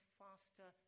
faster